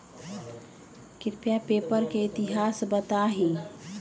कृपया पेपर के इतिहास बताहीं